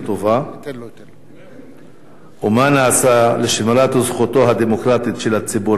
4. מה נעשה לשמירת זכותו הדמוקרטית של הציבור להפגין?